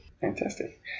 Fantastic